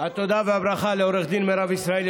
התודה והברכה לעו"ד מירב ישראלי,